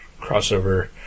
crossover